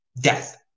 Death